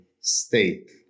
state